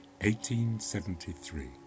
1873